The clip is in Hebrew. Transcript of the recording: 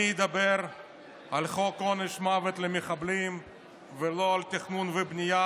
אני אדבר על חוק עונש מוות למחבלים ולא על תכנון ובנייה,